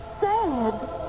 sad